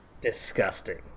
Disgusting